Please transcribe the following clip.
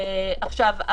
עכשיו,